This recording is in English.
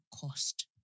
cost